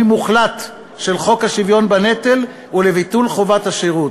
מוחלט של חוק השוויון בנטל ולביטול חובת השירות.